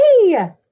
hey